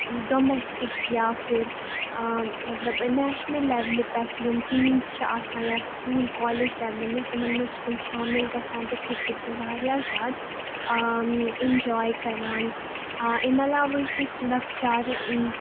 domestic یا پھِر مطلب نیشنَل لیولہِ پٮ۪ٹھ یِم ٹیٖمٕز چھِ آسان یا سکوٗل کالیج لیولہِ منٛز تِمَن منٛز چھِ تِم شامِل گژھان تہٕ کِرکَٹ تہِ واریاہ زیادٕ اِنجاے کَران اَمہِ علاوٕ ٲسۍ أسۍ لۄکچارٕ